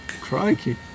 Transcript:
Crikey